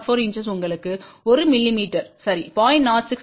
04" உங்களுக்கு 1 மிமீ சரி 0